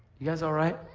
you guys all right?